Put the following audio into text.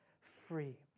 free